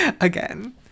again